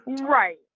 Right